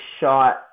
shot